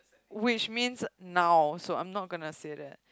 which means now so I'm not gonna say that